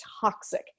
toxic